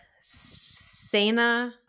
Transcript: SENA